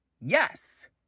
yes